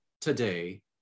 today